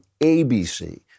ABC